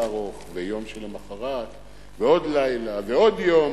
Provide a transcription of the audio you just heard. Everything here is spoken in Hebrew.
ארוך ויום שלמחרת ועוד לילה ועוד יום,